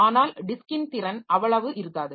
ஆனால் டிஸ்க்கின் திறன் அவ்வளவு இருக்காது